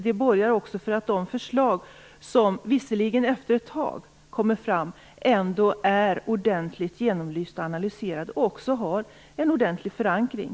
Den borgar för att de förslag som, visserligen efter ett tag, kommer fram ändå är ordentligt genomlysta och analyserade och också har en ordentlig förankring.